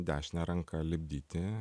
dešine ranka lipdyti